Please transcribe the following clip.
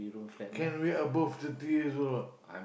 can wait above thirty years old not